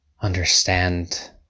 Understand